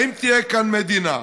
אם תהיה כאן מדינה.